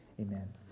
amen